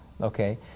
okay